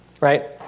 Right